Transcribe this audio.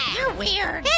you're weird. hey!